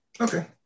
Okay